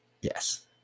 Yes